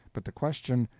but the question,